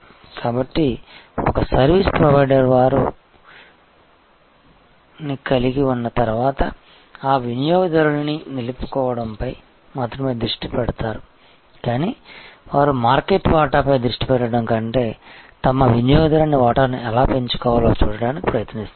కాబట్టి ఒక service provider వారు వినియోగదారుడు ని కలిగి ఉన్న తర్వాత ఆ వినియోగదారుడిని నిలుపుకోవడంపై మాత్రమే దృష్టి పెడతారు కానీ వారు మార్కెట్ వాటాపై దృష్టి పెట్టడం కంటే తమ వినియోగదారుని వాటాను ఎలా పెంచుకోవాలో చూడడానికి ప్రయత్నిస్తారు